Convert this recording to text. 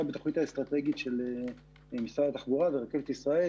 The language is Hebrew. בתוכנית האסטרטגית של משרד התחבורה ורכבת ישראל.